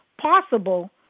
possible